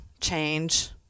change